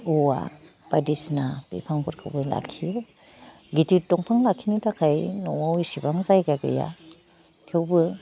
औवा बायदिसिना बिफांफोरखौबो लाखियो गिदिद दंफां लाखिनो थाखाइ न'वाव एसेबां जायगा गैया थेवबो